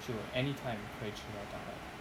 就 anytime 可以吃麦当劳